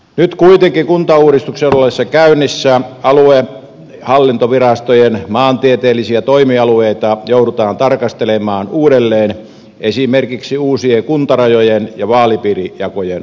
nyt kuitenkin kuntauudistuksen ollessa käynnissä aluehallintovirastojen maantieteellisiä toimialueita joudutaan tarkastelemaan uudelleen esimerkiksi uusien kuntarajojen ja vaalipiirijakojen osalta